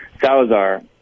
Salazar